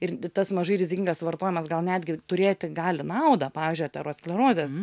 ir tas mažai rizikingas vartojimas gal netgi turėti gali naudą pavyzdžiui aterosklerozės